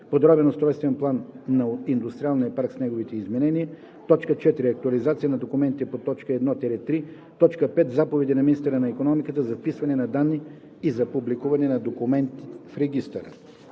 подробен устройствен план на индустриалния парк с неговите изменения; 4. актуализации на документите по т. 1 – 3; 5. заповеди на министъра на икономиката за вписване на данни и за публикуване на документи в регистъра.“